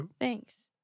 thanks